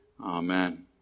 Amen